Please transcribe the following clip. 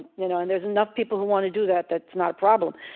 you know, and there is enough people who want to do that that's not a problem